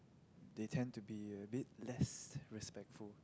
they tend to be a bit less respectful